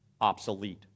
obsolete